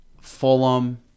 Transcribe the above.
Fulham